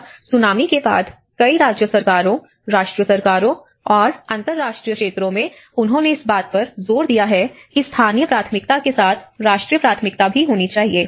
और सुनामी के बाद कई राज्य सरकारों राष्ट्रीय सरकारों और अंतर्राष्ट्रीय क्षेत्रों में उन्होंने इस बात पर जोर दिया है कि स्थानीय प्राथमिकता के साथ राष्ट्रीय प्राथमिकता भी होनी चाहिए